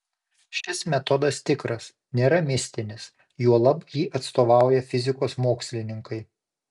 šis metodas tikras nėra mistinis juolab jį atstovauja fizikos mokslininkai